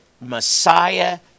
Messiah